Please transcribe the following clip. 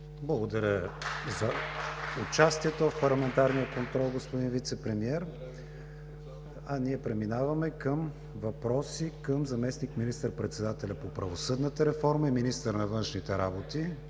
Благодаря за участието в парламентарния контрол, господин Вицепремиер. Ние преминаваме към въпроси към заместник министър председателя по правосъдната реформа и министър на външните работи